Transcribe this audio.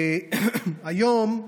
היום,